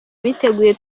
biteguye